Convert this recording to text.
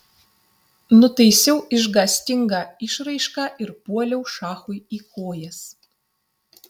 nutaisiau išgąstingą išraišką ir puoliau šachui į kojas